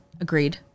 Agreed